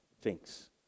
thinks